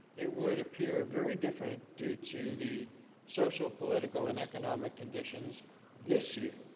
it would appear very different due to the social, political, and economic conditions this year.